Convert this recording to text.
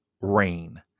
rain